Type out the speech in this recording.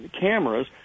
cameras